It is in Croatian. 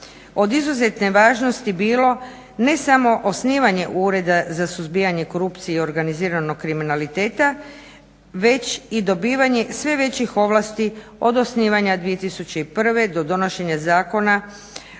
od izuzetne važnosti bilo ne samo osnivanje USKOK-a već i dobivanje sve već i dobivanje sve većih ovlasti od osnivanja 2001. do donošenja zakona